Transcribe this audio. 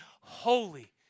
holy